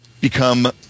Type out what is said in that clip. become